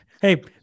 Hey